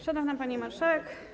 Szanowna Pani Marszałek!